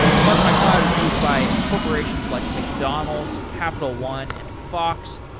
park my cloud is used by corporations like mcdonalds, capital one and fox,